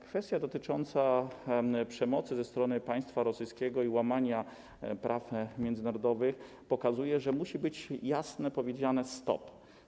Kwestia przemocy ze strony państwa rosyjskiego i łamania praw międzynarodowych pokazuje, że musi być jasno powiedziane: stop.